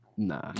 Nah